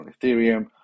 ethereum